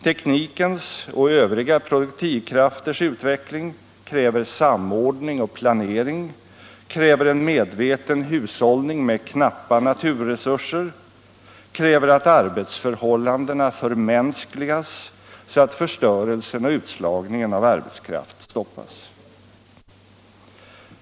Teknikens och övriga produktivkrafters utveckling kräver samordning och planering, kräver en medveten hushållning med knappa naturresurser, kräver att arbetsförhållandena förmänskligas så att förstörelsen och utslagningen av arbetskraft stoppas.